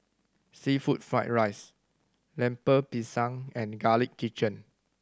seafood fried rice Lemper Pisang and Garlic Chicken